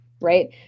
right